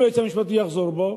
אם היועץ המשפטי יחזור בו,